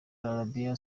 arabia